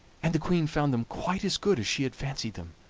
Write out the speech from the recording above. and the queen found them quite as good as she had fancied them.